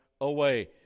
away